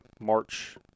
March